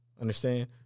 Understand